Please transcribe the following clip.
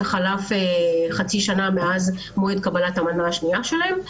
כשחלפה חצי שנה מאז מועד קבלת המנה השנייה שלהם,